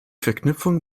verknüpfung